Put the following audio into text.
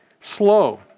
Slow